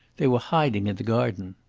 they were hiding in the garden.